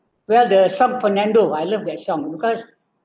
well the song fernando I love that song because